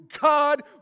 god